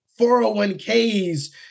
401ks